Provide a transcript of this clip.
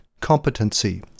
competency